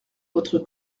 votre